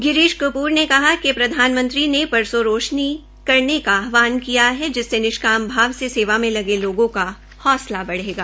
गिरीश कपूर ने कहा कि प्रधानमंत्री ने परसों रोशनी करने का आहवान किया है जिससे निष्काम भाव से सेवा में लगे लोगों का हौसला बढ़ेगा